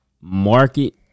market